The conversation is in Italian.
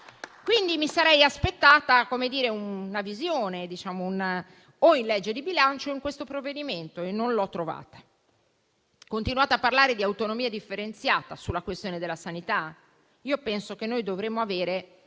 quindi aspettata una visione o in legge di bilancio o in questo provvedimento, e non l'ho trovata. Continuate a parlare di autonomia differenziata sulla questione della sanità. Penso che dovremmo avere